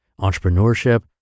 entrepreneurship